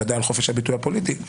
ודאי על חופש הביטוי הפוליטי.